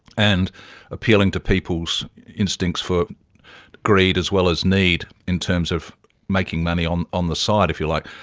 and appealing to people's instincts for greed as well as need in terms of making money on on the side, if you like,